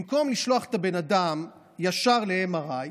במקום לשלוח את הבן אדם ישר ל-MRI,